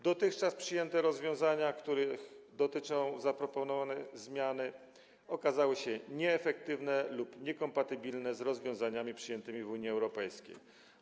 Dotychczas przyjęte rozwiązania, których dotyczą zaproponowane zmiany, okazały się nieefektywne lub niekompatybilne z rozwiązaniami przyjętymi w Unii Europejskiej.